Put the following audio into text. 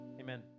Amen